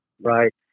Right